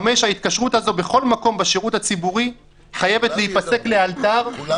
5. ההתקשרות הזו בכל מקום בשירות הציבורי בישראל חייבת להיפסק לאלתר ולא